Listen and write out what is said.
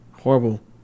Horrible